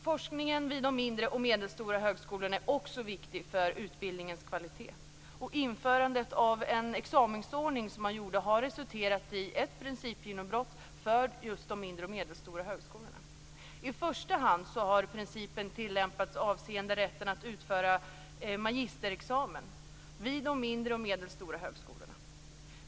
Forskningen vid de mindre och medelstora högskolorna är också viktig för utbildningens kvalitet. Införandet av en examensordning har resulterat i ett principgenombrott för just de mindre och medelstora högskolorna. I första hand har principen tillämpats avseende rätten att utföra magisterexamen vid de mindre och medelstora högskolorna.